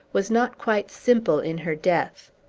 was not quite simple in her death.